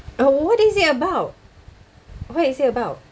oh what is it about what is it about